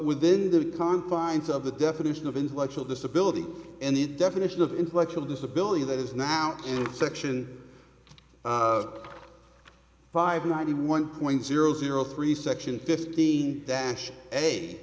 within the confines of the definition of intellectual disability and the definition of intellectual disability that is now in section five ninety one point zero zero three section fifteen